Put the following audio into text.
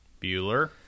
Bueller